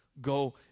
Go